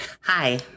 Hi